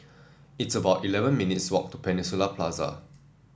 it's about eleven minutes' walk to Peninsula Plaza